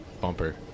bumper